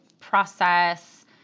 process